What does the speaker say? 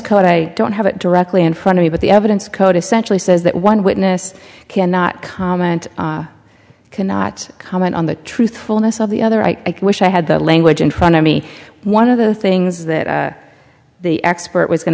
code i don't have it directly in front of you but the evidence code essentially says that one witness cannot comment cannot comment on the truthfulness of the other i wish i had that language in front of me one of the things that the expert was going